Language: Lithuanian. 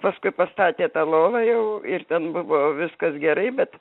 paskui pastatė tą lovą jau ir ten buvo viskas gerai bet